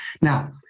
Now